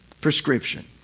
prescription